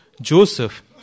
Joseph